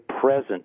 present